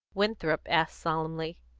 winthrop asked solemnly,